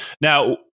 Now